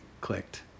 clicked